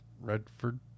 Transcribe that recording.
Redford